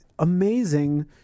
Amazing